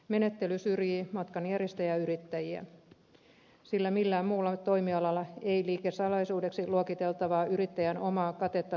menettely syrjii matkanjärjestäjäyrittäjiä sillä millään muulla toimialalla ei liikesalaisuudeksi luokiteltavaa yrittäjän omaa katetta tarvitse paljastaa